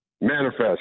Manifest